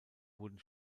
wurden